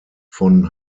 von